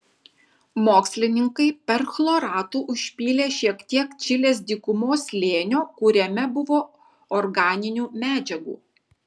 mokslininkai perchloratu užpylė šiek tiek čilės dykumos slėnio kuriame buvo organinių medžiagų